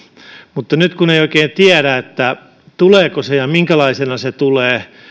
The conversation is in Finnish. mutta nyt kun ei oikein tiedä tuleeko se ja minkälaisena se tulee